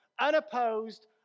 unopposed